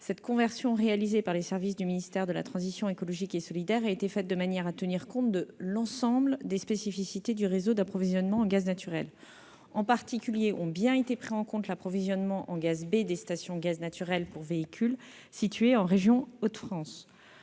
Cette conversion réalisée par les services du ministère de la transition écologique et solidaire a été faite de manière à tenir compte de l'ensemble des spécificités du réseau d'approvisionnement en gaz naturel. En particulier, a bien été pris en compte l'approvisionnement en gaz B des stations, gaz naturel pour véhicules situés en région Hauts-de-France